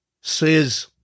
says